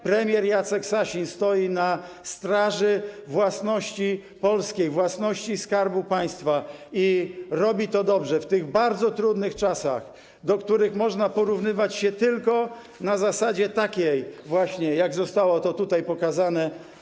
Premier Jacek Sasin stoi na straży własności polskiej, własności Skarbu Państwa i robi to dobrze w tych bardzo trudnych czasach, do których można porównywać się tylko na zasadzie takiej właśnie, jak zostało to tutaj pokazane.